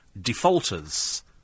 defaulters